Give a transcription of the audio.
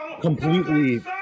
completely